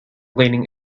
leaning